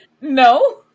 No